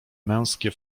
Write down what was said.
męskie